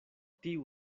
tiu